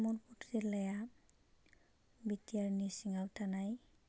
तामुलपुर जिल्लाया B T R नि सिङाव थानाय